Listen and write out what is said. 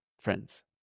friends